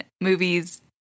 movies